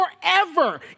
forever